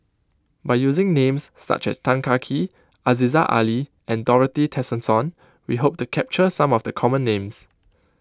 by using names such as Tan Teng Kee Aziza Ali and Dorothy Tessensohn we hope to capture some of the common names